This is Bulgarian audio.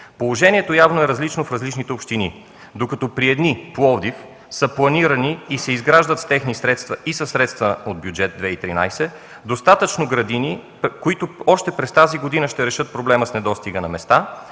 Положението явно е различно в различните общини. Докато при едни – в Пловдив, са планирани и се изграждат с техни средства и със средства от Бюджет 2013 достатъчно градини, които още през тази година ще решат проблема с недостига на места,